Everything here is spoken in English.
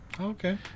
Okay